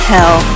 Hell